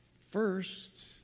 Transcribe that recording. first